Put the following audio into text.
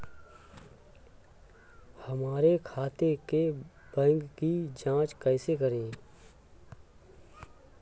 हमारे खाते के बैंक की जाँच कैसे करें?